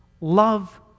Love